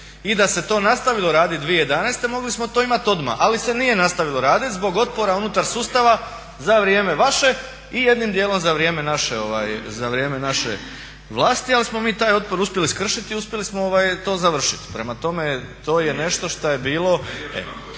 I da se to nastavilo raditi 2011. mogli smo to imati odmah ali se nije nastavilo raditi zbog otpora unutar sustava za vrijeme vaše i jednim dijelom za vrijeme naše vlasti. Ali smo mi taj otpor uspjeli skršiti i uspjeli smo to završiti. Prema tome, to je nešto šta je bilo